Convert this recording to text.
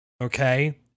Okay